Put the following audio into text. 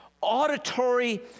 auditory